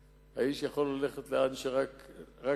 האיש יכול ללכת לאן שהוא רק רוצה.